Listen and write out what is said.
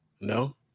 no